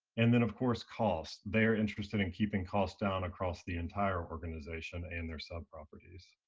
and then of course cost. they are interested in keeping costs down across the entire organization and their subproperties.